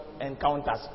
encounters